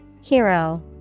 Hero